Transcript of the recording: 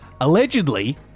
allegedly